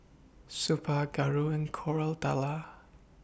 Suppiah Gauri and Koratala